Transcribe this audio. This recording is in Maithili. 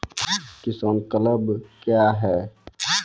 किसान क्लब क्या हैं?